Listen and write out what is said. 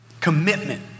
commitment